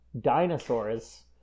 dinosaurs